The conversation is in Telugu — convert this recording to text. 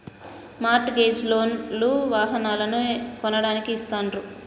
మార్ట్ గేజ్ లోన్ లు వాహనాలను కొనడానికి ఇస్తాండ్రు